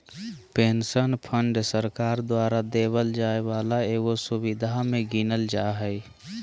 pension fund सरकार द्वारा देवल जाय वाला एगो सुविधा मे गीनल जा हय